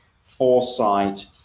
foresight